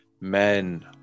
men